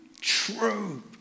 true